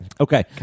Okay